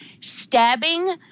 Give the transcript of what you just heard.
Stabbing